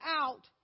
out